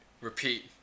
repeat